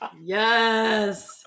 Yes